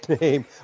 name